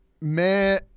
man